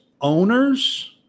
owners